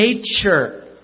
nature